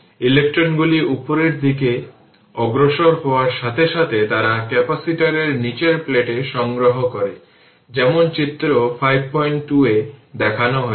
ইলেক্ট্রনগুলি উপরের দিকে অগ্রসর হওয়ার সাথে সাথে তারা ক্যাপাসিটরের নীচের প্লেটে সংগ্রহ করে যেমন চিত্র 52 এ দেখানো হয়েছে